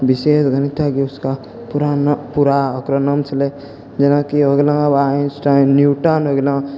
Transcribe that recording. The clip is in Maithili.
बिशेष गणितज्ञ उसका पूरा नाम पूरा ओकरो नाम छलै जेनाकि हो गेलौ आइन्सटाइन न्यूटन हो गेलौ